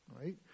right